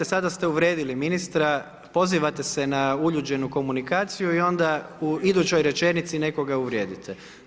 Sada ste uvrijedili ministra, pozivate se na uljuđenu komunikaciju i onda u idućoj rečenici nekoga uvrijedite.